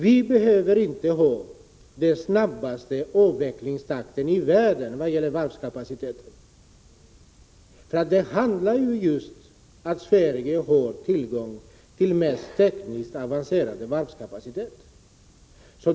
Vi behöver inte ha den snabbaste avvecklingstakten i världen vad gäller varvskapaciteten — Sverige har ju tillgång till den tekniskt mest avancerade varvsproduktionen.